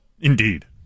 indeed